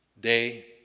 day